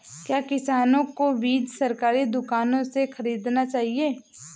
क्या किसानों को बीज सरकारी दुकानों से खरीदना चाहिए?